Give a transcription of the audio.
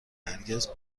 هرگز